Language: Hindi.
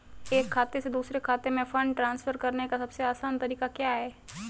एक खाते से दूसरे खाते में फंड ट्रांसफर करने का सबसे आसान तरीका क्या है?